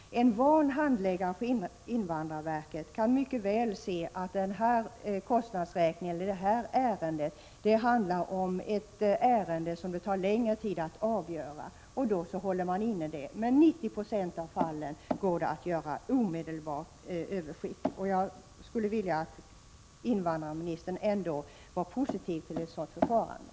En van handläggare på invandrarverket kan mycket väl se när en kostnadsräkning eller ett ärende tar längre tid att avgöra och hålla inne med det. Men i 90 96 av fallen går det att skicka ärendet vidare omedelbart. Jag skulle vilja att invandrarministern var positiv till ett sådant förfarande.